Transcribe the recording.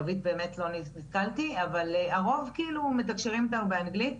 הרוב מתקשרים איתנו באנגלית.